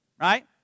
Right